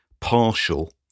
partial